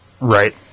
right